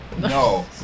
No